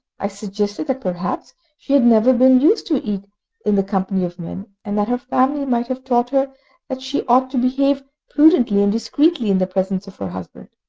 i suggested that perhaps she had never been used to eat in the company of men, and that her family might have taught her that she ought to behave prudently and discreetly in the presence of her husband.